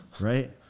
right